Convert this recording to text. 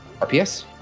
RPS